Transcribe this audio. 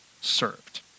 served